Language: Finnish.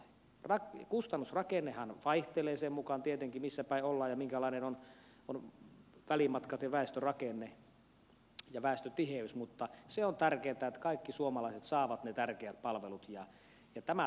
kustannusrakennehan vaihtelee sen mukaan tietenkin missä päin ollaan ja minkälaiset ovat välimatkat ja väestörakenne ja väestötiheys mutta se on tärkeätä että kaikki suomalaiset saavat ne tärkeät palvelut